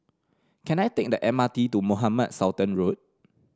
can I take the M R T to Mohamed Sultan Road